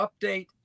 update